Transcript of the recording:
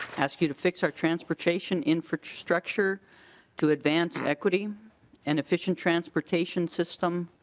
ask you to fix or transportation infrastructure to advance equity and efficient transportation system.